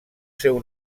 seu